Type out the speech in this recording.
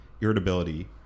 irritability